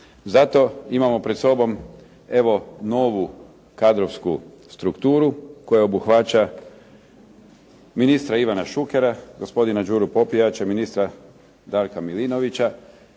Zato imamo pred sobom evo novu kadrovsku strukturu koja obuhvaća ministra Ivana Šukera, gospodina Đuru Popijača i ministra Darka Milinovića